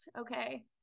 okay